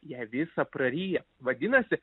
ją visą praryja vadinasi